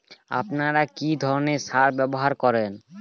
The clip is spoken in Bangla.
আপনি কী ধরনের সার ব্যবহার করেন?